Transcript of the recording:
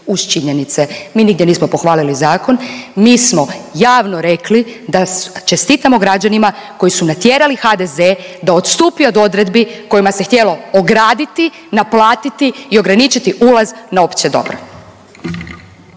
činjenice. Mi nigdje nismo pohvalili zakon, mi smo javno rekli da čestitamo građanima koji su natjerali HDZ da odstupi od odredbi kojima se htjelo ograditi, naplatiti i ograničiti ulaz na opće dobro.